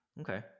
Okay